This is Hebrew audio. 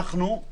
אנחנו,